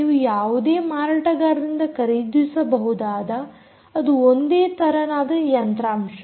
ನೀವು ಯಾವುದೇ ಮಾರಾಟಗಾರರಿಂದ ಖರೀದಿಸಬಹುದಾದ ಅದು ಒಂದೇ ತರನಾದ ಯಂತ್ರಾಂಶ